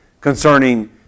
concerning